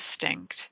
distinct